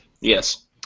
Yes